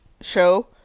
show